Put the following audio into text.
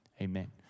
amen